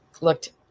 looked